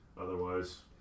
otherwise